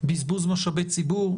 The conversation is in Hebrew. בזבוז משאבי ציבור.